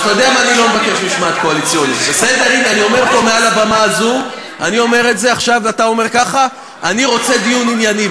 אז אל תבקש משמעת קואליציונית אם אתה רוצה דיון ענייני.